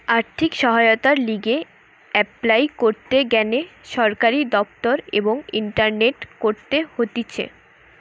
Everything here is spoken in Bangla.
আর্থিক সহায়তার লিগে এপলাই করতে গ্যানে সরকারি দপ্তর এবং ইন্টারনেটে করতে হতিছে